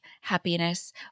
happiness